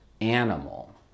animal